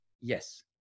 Yes